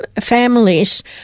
families